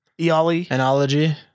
Anology